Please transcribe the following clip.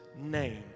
name